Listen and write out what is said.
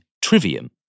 Trivium